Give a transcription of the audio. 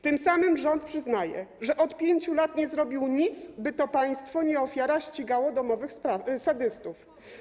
Tym samym rząd przyznaje, że od 5 lat nie zrobił nic, by to państwo, nie ofiara, ścigało domowych oprawców, sadystów.